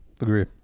agree